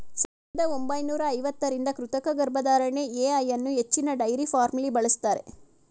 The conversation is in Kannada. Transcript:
ಸಾವಿರದ ಒಂಬೈನೂರ ಐವತ್ತರಿಂದ ಕೃತಕ ಗರ್ಭಧಾರಣೆ ಎ.ಐ ಅನ್ನೂ ಹೆಚ್ಚಿನ ಡೈರಿ ಫಾರ್ಮ್ಲಿ ಬಳಸ್ತಾರೆ